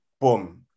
boom